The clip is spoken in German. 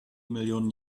millionen